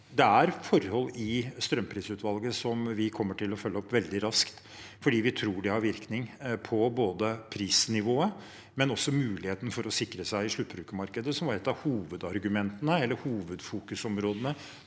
Det er forhold i strømprisutvalgets rapport som vi kommer til å følge opp veldig raskt, fordi vi tror det har virkning både på prisnivået og også på muligheten for å sikre seg i sluttbrukermarkedet, som var et av hovedfokusområdene